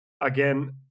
Again